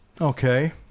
Okay